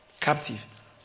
captive